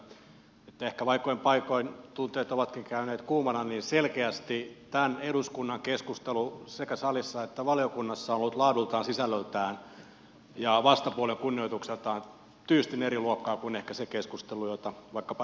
vaikka ehkä paikoin tunteet ovatkin käyneet kuumana niin selkeästi tämän eduskunnan keskustelu sekä salissa että valiokunnassa on ollut laadultaan sisällöltään ja vastapuolen kunnioitukseltaan tyystin eri luokkaa kuin ehkä se keskustelu jota vaikkapa netistä löytyy